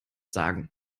sagen